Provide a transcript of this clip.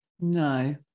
no